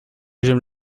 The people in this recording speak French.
j’aime